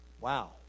Wow